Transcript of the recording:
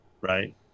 right